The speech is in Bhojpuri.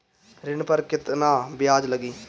ऋण पर केतना ब्याज लगी?